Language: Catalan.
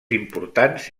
importants